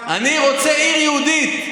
אני רוצה עיר יהודית.